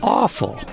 awful